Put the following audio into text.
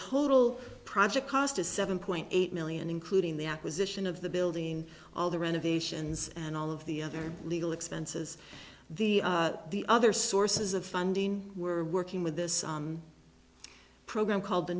total project cost is seven point eight million including the acquisition of the building all the renovations and all of the other legal expenses the the other sources of funding were working with this program called the